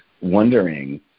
wondering